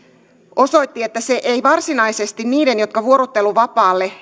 osoitti että se ei varsinaisesti niiden jotka vuorotteluvapaalle